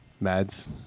Mads